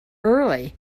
early